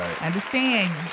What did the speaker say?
understand